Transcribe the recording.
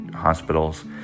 hospitals